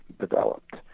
developed